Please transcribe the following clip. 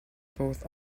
both